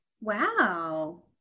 Wow